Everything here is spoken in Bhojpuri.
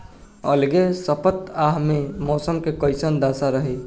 अलगे सपतआह में मौसम के कइसन दशा रही?